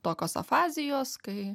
tokios afazijos kai